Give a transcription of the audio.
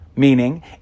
meaning